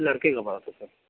लड़के का बारात है सर